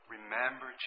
Remember